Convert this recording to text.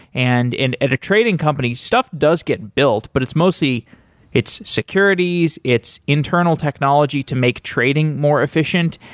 and and at a trading company, stuff does get built, but it's mostly its securities, its internal technology to make trading more efficient.